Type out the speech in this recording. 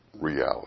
reality